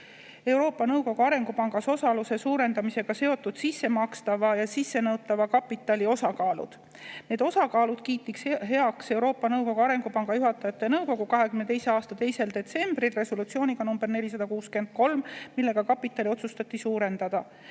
Euroopa Nõukogu Arengupangas osaluse suurendamisega seotud sissemakstava ja sissenõutava kapitali osakaalud. Need osakaalud kiitis heaks Euroopa Nõukogu Arengupanga juhatajate nõukogu 2022. aasta 2. detsembril resolutsiooniga nr 463, millega kapitali otsustati suurendada.